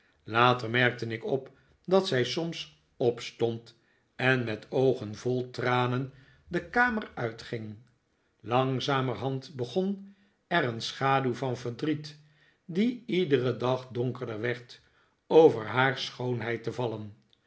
later merkte ik op dat zij soms opstond en met oogen vol tranen de kamer uitging langzamerhand begon er een schaduw van verdriet die iederen dag donkerder werd over haar schoonheid te vallen